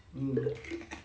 um